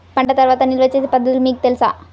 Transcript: పంట తర్వాత నిల్వ చేసే పద్ధతులు మీకు తెలుసా?